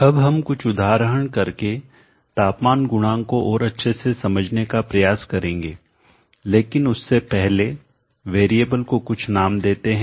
अब हम कुछ उदाहरण करके तापमान गुणांक को और अच्छे से समझने का प्रयास करेंगे लेकिन उससे पहले वेरिएबल को कुछ नाम देते हैं